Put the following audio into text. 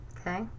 Okay